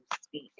speak